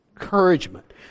encouragement